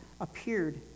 appeared